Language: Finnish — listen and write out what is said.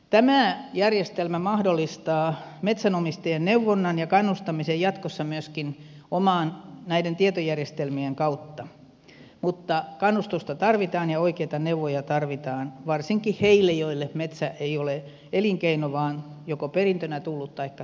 tämä järjestelmä mahdollistaa metsänomistajien neuvonnan ja kannustamisen jatkossa myöskin näiden tietojärjestelmien kautta mutta kannustusta tarvitaan ja oikeita neuvoja tarvitaan varsinkin heille joille metsä ei ole elinkeino vaan joko perintönä tullut taikka sijoituksena hankittu